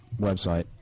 website